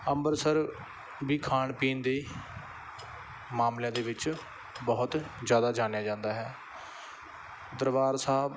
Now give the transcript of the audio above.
ਅੰਮ੍ਰਿਤਸਰ ਵੀ ਖਾਣ ਪੀਣ ਦੇ ਮਾਮਲਿਆਂ ਦੇ ਵਿੱਚ ਬਹੁਤ ਜ਼ਿਆਦਾ ਜਾਣਿਆ ਜਾਂਦਾ ਹੈ ਦਰਬਾਰ ਸਾਹਿਬ